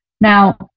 Now